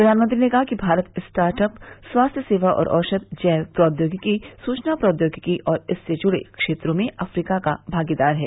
प्रधानमंत्री ने कहा कि भारत स्टार्ट अप स्वास्थ्य सेवा और औषध जैव प्रौद्योगिकी सूचना प्रौद्योगिकी और इससे जुड़े क्षेत्रों में अफ्रीका का भागीदार है